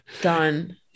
done